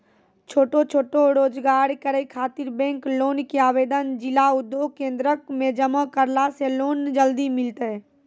छोटो छोटो रोजगार करै ख़ातिर बैंक लोन के आवेदन जिला उद्योग केन्द्रऽक मे जमा करला से लोन जल्दी मिलतै?